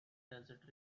desert